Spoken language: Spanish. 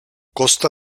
costa